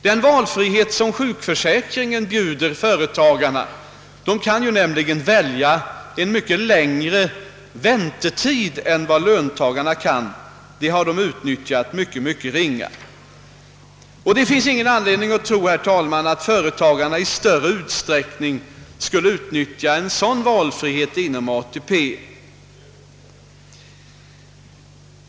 Den valfrihet som sjukförsäkringen bjuder företagarna — de kan välja en mycket längre väntetid än vad löntagarna kan — har de utnyttjat i mycket ringa grad. Det finns därför ingen anledning att tro, herr talman, att företagarna i större utsträckning skulle utnyttja en sådan valfrihet inom ATP.